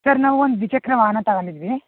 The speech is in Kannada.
ಸರ್ ನಾವು ಒಂದು ದ್ವಿಚಕ್ರ ವಾಹನ ತಗೊಂಡಿದ್ವಿ